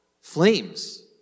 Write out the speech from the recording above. Flames